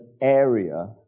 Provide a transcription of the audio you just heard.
area